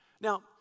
Now